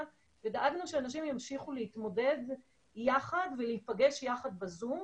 ודאגנו שאנשים ימשיכו להתמודד יחד ולהיפגש יחד בזום.